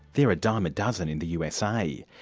they're a dime a dozen in the usa.